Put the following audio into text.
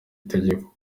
itegeko